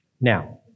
Now